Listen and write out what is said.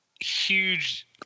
huge